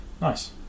Nice